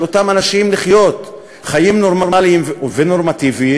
של אותם אנשים לחיות חיים נורמליים ונורמטיביים,